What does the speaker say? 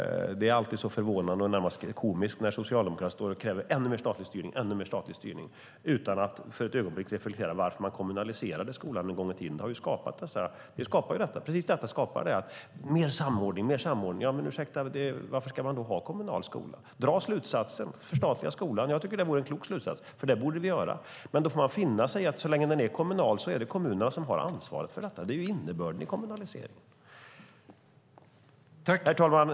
Det är alltid så förvånande och närmast komiskt när Socialdemokraterna kräver ännu mer statlig styrning och ännu mer statlig styrning utan att för ett ögonblick reflektera över varför man kommunaliserade skolan en gång i tiden. Det skapar ju precis detta: Mer samordning, mer samordning. Ursäkta! Varför ska man då ha en kommunal skola? Dra slutsatsen: Förstatliga skolan! Jag tycker att det vore en klok slutsats, för det borde vi göra. Men då får man finna sig i att så länge den är kommunal är det kommunerna som har ansvaret för detta. Det är innebörden i kommunaliseringen. Herr talman!